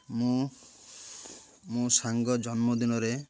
ମୁଁ ମୋ ସାଙ୍ଗ ଜନ୍ମଦିନରେ